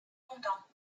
longtemps